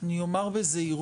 אני אומר בזהירות